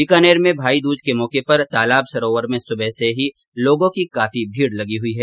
बीकानेर में भाईदूज के मौके पर तालाब सरोवर में सुबह से ही लोगों की काफी भीड़ लगी हई है